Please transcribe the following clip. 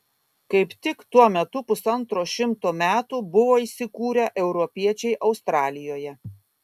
kaip tik tuo metu pusantro šimto metų buvo įsikūrę europiečiai australijoje